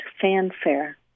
fanfare